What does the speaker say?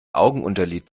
augenunterlid